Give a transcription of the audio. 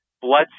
blood